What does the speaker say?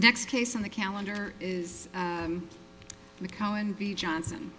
next case on the calendar is the cow and the johnson